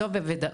זו בוודאות,